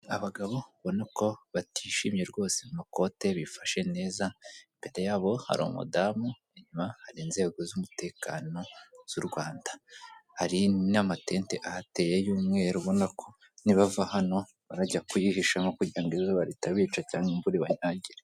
Abagabo ubona ko batishimye rwose mumakote bifashe neza, imbere yabo hari umudamu, inyuma hari inzego z'umutekano z'u Rwanda. Hari n'amatente ahateye y'umweru ubona ko nibava hano barajya kuyihishamo kugirango izuba ritabica cyangwa imvura ibanyagire.